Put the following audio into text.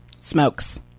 Smokes